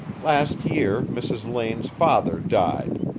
last year mrs. lane's father died,